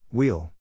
Wheel